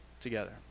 together